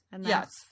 Yes